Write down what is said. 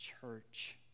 church